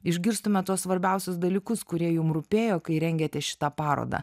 išgirstume tuos svarbiausius dalykus kurie jum rūpėjo kai rengėte šitą parodą